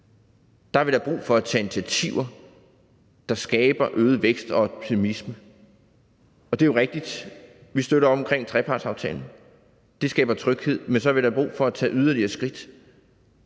har vi da brug for at tage initiativer, der skaber øget vækst og optimisme. Det er jo rigtigt, at vi støtter op omkring trepartsaftalen. Den skaber tryghed, men så har vi da brug for at tage yderligere skridt,